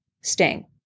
sting